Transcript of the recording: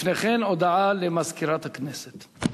לפני כן, הודעה למזכירת הכנסת.